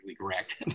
correct